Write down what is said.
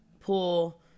pool